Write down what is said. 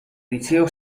liceo